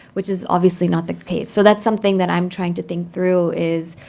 which is obviously not the case. so that's something that i'm trying to think through, is,